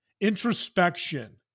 introspection